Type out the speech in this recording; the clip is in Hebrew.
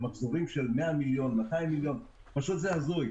זה מחזורים של 100 ו-200 מיליון, וזה פשוט הזוי.